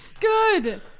good